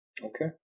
Okay